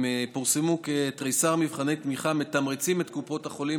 פורסמו כתריסר מבחני תמיכה המתמרצים את קופות החולים